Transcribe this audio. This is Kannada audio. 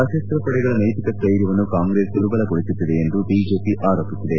ಸಶಸ್ತ ಪಡೆಗಳ ನೈತಿಕ ಸ್ಟೈರ್ಯವನ್ನು ಕಾಂಗ್ರೆಸ್ ದುರ್ಬಲಗೊಳಿಸುತ್ತಿದೆ ಎಂದು ಬಿಜೆಪಿ ಆರೋಪಿಸಿದೆ